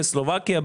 בסלובקיה,